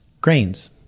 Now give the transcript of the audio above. grains